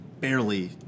barely